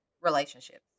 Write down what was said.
relationships